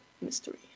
mystery